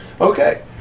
Okay